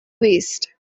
waist